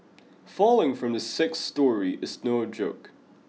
falling from the sixth storey is no joke